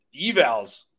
evals